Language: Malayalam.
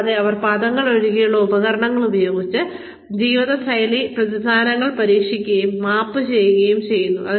കൂടാതെ അവർ പദങ്ങൾ ഒഴികെയുള്ള ഉപകരണങ്ങൾ ഉപയോഗിച്ച് ജീവിതശൈലി പ്രതിനിധാനങ്ങൾ പരീക്ഷിക്കുകയും മാപ്പ് ചെയ്യുകയും ചെയ്യുന്നു